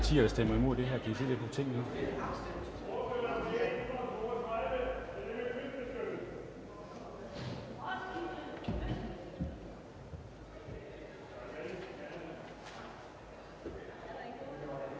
Det er der ingen